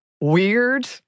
weird